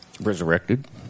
resurrected